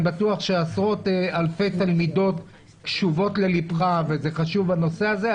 בטוח שעשרות אלפי תלמידות קשובות ללבך והנושא הזה חשוב.